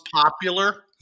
popular